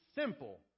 simple